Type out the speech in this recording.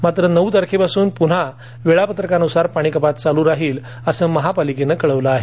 मात्र नऊ तारखेपासून पुन्हा वेळापत्रकानुसार पाणीकपात चालू राहील असे महापालिकेतर्फे कळविण्यात आले आहे